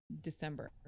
december